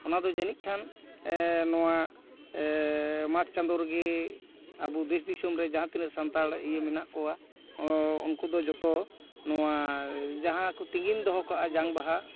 ᱚᱱᱟ ᱫᱚ ᱡᱟᱹᱱᱤᱡ ᱠᱷᱟᱱ ᱱᱚᱣᱟ ᱢᱟᱜᱽ ᱪᱟᱸᱫᱳ ᱨᱮᱜᱮ ᱟᱵᱚ ᱫᱮᱥ ᱫᱤᱥᱚᱢ ᱨᱮ ᱡᱟᱦᱟᱸ ᱛᱤᱱᱟᱹᱜ ᱥᱟᱱᱛᱟᱲ ᱤᱭᱟᱹ ᱢᱮᱱᱟᱜ ᱠᱚᱣᱟ ᱩᱝᱠᱩ ᱫᱚ ᱡᱚᱛᱚ ᱱᱚᱣᱟ ᱡᱟᱦᱟᱸ ᱠᱚ ᱛᱤᱸᱜᱤᱱ ᱫᱚᱦᱚ ᱠᱟᱜᱼᱟ ᱡᱟᱝ ᱵᱟᱦᱟ